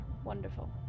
Wonderful